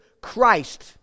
Christ